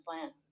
plan